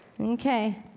Okay